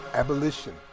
Abolition